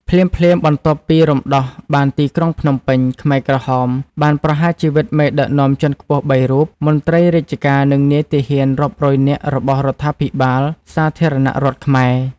ភ្លាមៗបន្ទាប់ពីរំដោះបានទីក្រុងភ្នំពេញ ខ្មែរក្រហមបានប្រហារជីវិតមេដឹកនាំជាន់ខ្ពស់ ៣ រូប មន្ត្រីរាជការ និងនាយទាហានរាប់រយនាក់របស់រដ្ឋាភិបាលសាធារណរដ្ឋខ្មែរ។